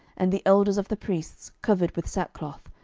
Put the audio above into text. and the elders of the priests, covered with sackcloth,